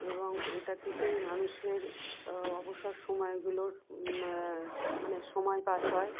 এবং এটা থেকেই মানুষের অবসর সময়গুলোর মানে সময় পাস হয়